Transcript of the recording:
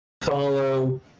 follow